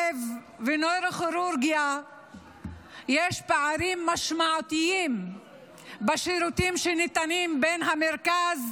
לב ונוירוכירורגיה יש פערים משמעותיים בין המרכז